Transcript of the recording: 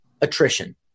attrition